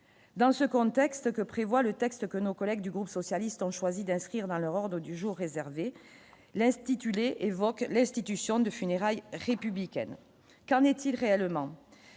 dans ce contexte que prévoit le texte que nos collègues du groupe socialiste, on choisit d'inscrire dans leur ordre du jour réservé l'institut Les évoque l'institution de funérailles républicaine, qu'en est-il réellement